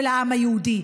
של העם היהודי.